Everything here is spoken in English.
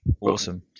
Awesome